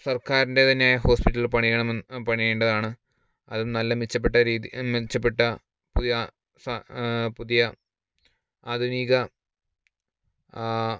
സർക്കാരിൻ്റെ തന്നെ ഹോസ്പിറ്റലിൽ പണിയേണ്ടതാണ് അതും നല്ല മെച്ചപ്പെട്ട രീതി മെച്ചപ്പെട്ട പുതിയ പുതിയ ആധുനിക